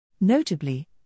Notably